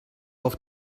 auf